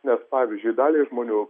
nes pavyzdžiui daliai žmonių